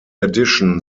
addition